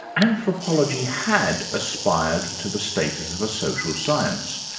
anthropology had aspired to the status of a social science.